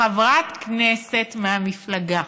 חברת כנסת מהמפלגה,